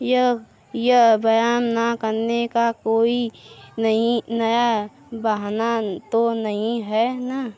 यह यह व्यायाम ना करने का कोई नहीं नया बहाना तो नहीं है ना